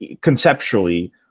conceptually